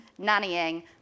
nannying